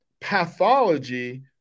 pathology